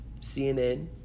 CNN